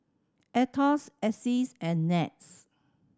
Aetos AXS and NETS